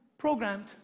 programmed